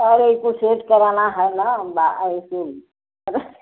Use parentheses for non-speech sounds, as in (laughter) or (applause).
अरे कुछ (unintelligible) कराना है ना (unintelligible)